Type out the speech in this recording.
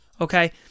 Okay